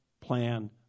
plan